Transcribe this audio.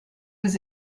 was